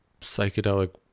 psychedelic